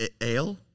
Ale